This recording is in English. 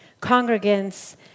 congregants